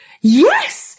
Yes